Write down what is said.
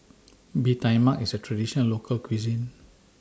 Bee Tai Mak IS A Traditional Local Cuisine